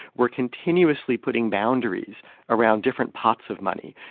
we're continuously putting boundaries around different pots of money.